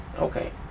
Okay